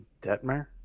detmer